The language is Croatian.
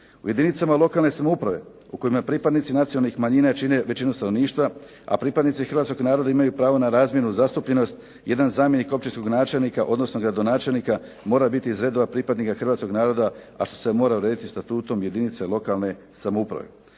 U jedinicama lokalne samouprave u kojima pripadnici nacionalnih manjina čine većinu stanovništva, a pripadnici hrvatskog naroda imaju pravo na razmjernu zastupljenost, jedan zamjenik općinskog načelnika, odnosno gradonačelnika mora biti iz redova pripadnika hrvatskog naroda, a što se mora urediti Statutom jedinice lokalne samouprave.